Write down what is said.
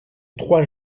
trois